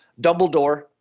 dumbledore